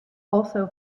also